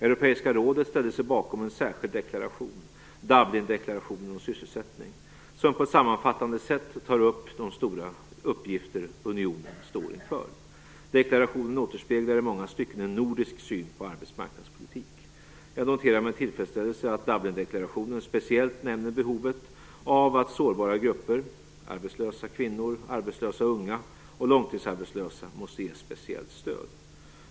Europeiska rådet ställde sig bakom en särskild deklaration, Dublindeklarationen om sysselsättning, som på ett sammanfattande sätt tar upp de stora uppgifter som unionen står inför. Deklarationen återspeglar i många stycken en nordisk syn på arbetsmarknadspolitik. Jag noterar med tillfredsställelse att Dublindeklarationen speciellt nämner behovet av att sårbara grupper - arbetslösa kvinnor, arbetslösa unga och långtidsarbetslösa - måste ges speciellt stöd.